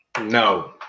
no